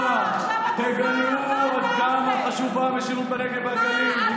תגלו עד כמה חשובה המשילות בנגב והגליל.